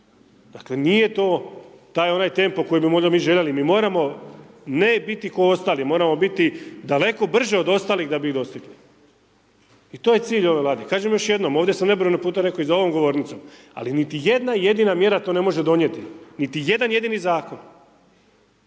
Dakle, nije to, taj, onaj tempo koji bi mi možda željeli, mi moramo ne biti ko ostali, moramo biti daleko brži od ostalih da bi ih dostigli. I to je cilj ove Vlade. Kažem još jednom, ovdje sam nebrojeno puta rekao i za ovom govornicom, ali niti jedna jedina mjera to ne može donijeti. Niti jedan jedini Zakon.